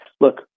look